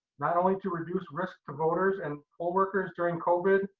not only to reduce risk to voters and poll workers during covid,